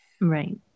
right